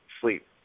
sleep